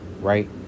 right